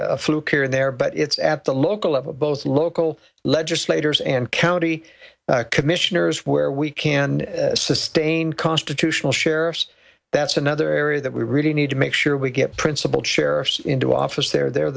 a fluke here and there but it's at the local level both local legislators and county commissioners where we can sustain constitutional sheriffs that's another area that we really need to make sure we get principled sheriffs into office they're